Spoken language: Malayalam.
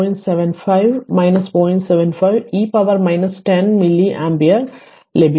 75 e പവർ 10 മില്ലി ആമ്പിയർ ലഭിക്കും